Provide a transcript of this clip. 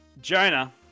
Jonah